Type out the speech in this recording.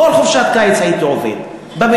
כל חופשת קיץ הייתי עובד,